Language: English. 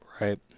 Right